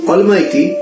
Almighty